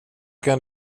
kan